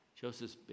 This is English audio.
Joseph